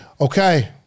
Okay